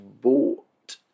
bought